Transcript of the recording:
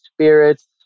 spirits